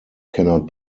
cannot